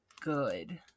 good